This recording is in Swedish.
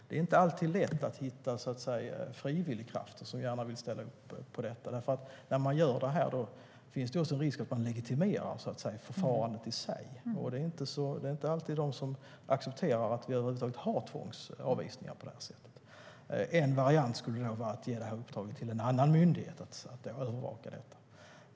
Det är inte alltid lätt att hitta frivilligkrafter som gärna vill ställa upp på detta, för om man gör det finns det en risk att man legitimerar förfarandet i sig. Och det är inte alltid de som accepterar att vi över huvud taget har tvångsavvisningar på det här sättet. En variant skulle kunna vara att ge uppdraget att övervaka detta till en annan myndighet.